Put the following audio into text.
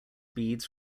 beads